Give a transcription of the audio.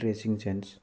dressing sense